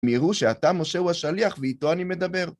הם יראו שאתה משה הוא השליח ואיתו אני מדבר.